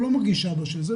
הוא לא מרגיע שהאבא של זה,